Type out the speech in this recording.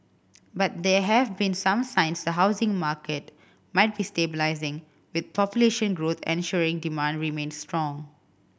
but there have been some signs the housing market might be stabilising with population growth ensuring demand remains strong